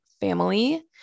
family